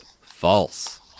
False